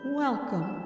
welcome